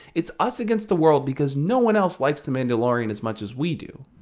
it's us against the world because no one else likes the mandalorian as much as we do.